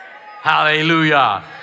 Hallelujah